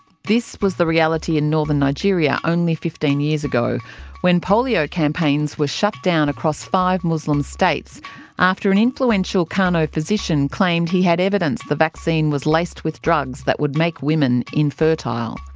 this was the reality in northern nigeria only fifteen years ago when polio campaigns were shut down across five muslim states after an influential kano physician claimed he had evidence the vaccine was laced with drugs that would make women infertile.